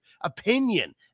opinion